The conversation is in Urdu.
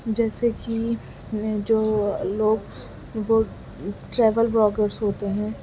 جیسے کہ جو لوگ وہ ٹریلول بلاگرس ہوتے ہیں